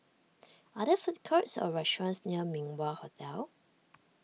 are there food courts or restaurants near Min Wah Hotel